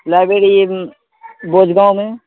library Bhoj گاؤں میں